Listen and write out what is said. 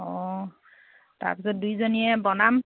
অঁ তাৰপিছত দুয়োজনীয়ে বনাম